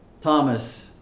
Thomas